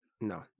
No